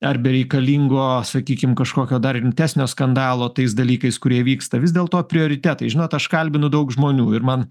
ar bereikalingo sakykim kažkokio dar rimtesnio skandalo tais dalykais kurie vyksta vis dėlto prioritetai žinot aš kalbinu daug žmonių ir man